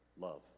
Love